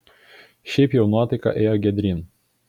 šiaip jau nuotaika ėjo giedryn